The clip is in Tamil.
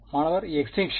மாணவர் எக்ஸ்டிங்க்ஷன்